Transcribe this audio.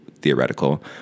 theoretical